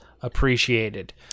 appreciated